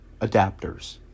adapters